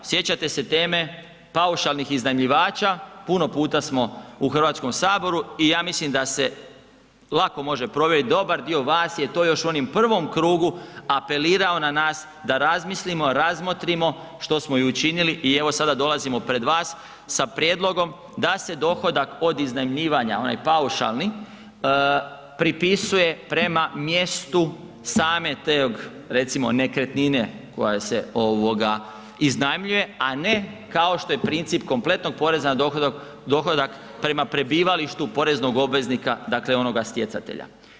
Sjećate se teme paušalnih iznajmljivača, puno puta smo u HS-u i ja mislim da se lako može provjeriti, dobar dio vas je to još u onom prvom krugu apelirao na nas da zamislimo, razmotrimo što smo i učinili i evo, sada dolazimo pred vas sa prijedlogom da se dohodak od iznajmljivanja, onaj paušalni pripisuje prema mjestu same te, recimo, nekretnine koja se iznajmljuje, a ne kao što je princip kompletnog poreza na dohodak, prema prebivalištu poreznog obveznika, dakle onoga stjecatelja.